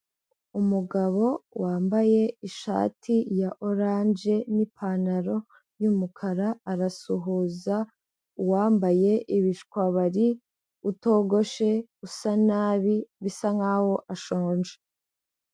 Umugabo wambaye ishati ya oranje n'ipantaro y'umukara, arasuhuza uwambaye ibishwabari utogoshe, usa nabi bisa nkaho ashonje.